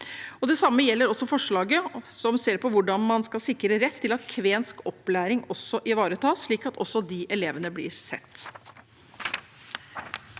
Det samme gjelder forslaget om å se på hvordan man skal sikre rett til at kvensk opplæring også ivaretas, slik at også de elevene bli sett.